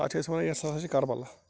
اتھ چھِ أسۍ ونان یہِ ہسا چھُ کربلا